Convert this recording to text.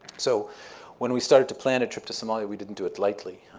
so when we started to plan a trip to somalia, we didn't do it lightly.